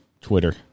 Twitter